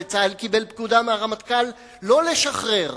וצה"ל קיבל פקודה מהרמטכ"ל לא לשחרר.